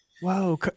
whoa